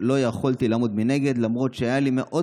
לא יכולתי לעמוד מנגד למרות שהיה לי מאוד